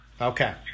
okay